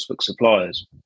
suppliers